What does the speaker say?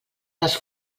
les